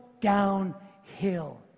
downhill